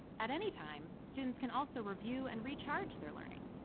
at any time students can also review and recharge their learning.